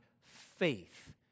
faith